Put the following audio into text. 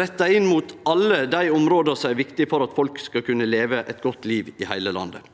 retta inn mot alle dei områda som er viktige for at folk skal kunne leve eit godt liv i heile landet.